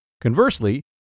Conversely